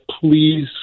please